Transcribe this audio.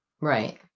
Right